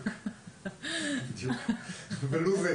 נאמר יו"ר ועדת ההשקעות בא לישיבת הוועדה בכנסת,